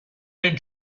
did